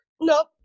Nope